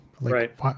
Right